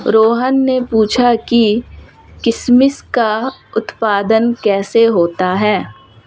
रोहन ने पूछा कि किशमिश का उत्पादन कैसे होता है?